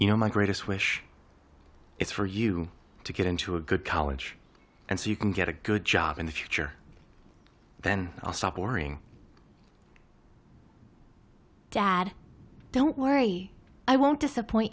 you know my greatest wish is for you to get into a good college and so you can get a good job in the future then i'll stop worrying dad don't worry i won't disappoint